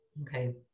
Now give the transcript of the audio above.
Okay